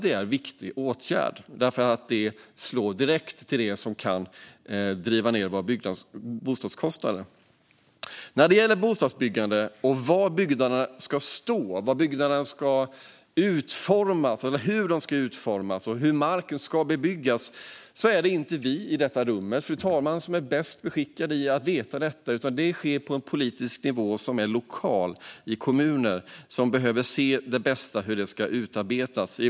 Det är en viktig åtgärd därför att den slår igenom direkt i det som kan driva ned våra bostadskostnader. När det gäller bostadsbyggande och var byggnader ska stå, hur de ska utformas och hur marken ska bebyggas är det inte vi i detta rum som är bäst skickade att veta detta. Det sker på en politisk nivå som är lokal, i kommunerna, där man behöver se hur detta bäst ska utarbetas.